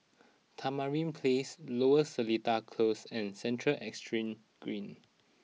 Tamarind Place Lower Seletar Close and Central Exchange Green